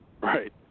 Right